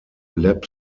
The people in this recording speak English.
lap